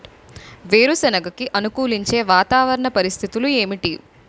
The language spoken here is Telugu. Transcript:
వేరుసెనగ కి అనుకూలించే వాతావరణ పరిస్థితులు ఏమిటి?